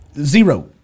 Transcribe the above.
zero